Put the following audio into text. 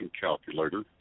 calculator